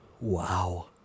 Wow